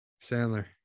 sandler